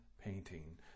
painting